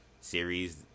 series